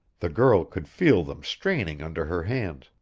the girl could feel them straining under her hands,